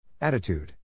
Attitude